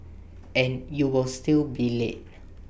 and you will still be late